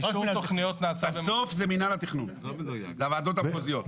זה הוועדות המחוזיות.